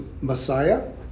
Messiah